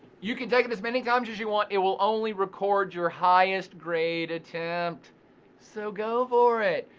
you can take it as many times as you want, it will only record your highest grade attempt so go for it.